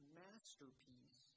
masterpiece